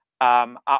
up